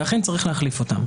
ואכן צריך להחליף אותן.